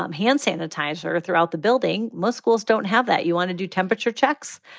um hand sanitizer throughout the building. most schools don't have that. you want to do temperature checks.